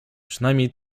przynajmniej